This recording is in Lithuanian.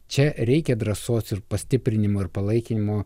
čia reikia drąsos ir pastiprinimo ir palaikymo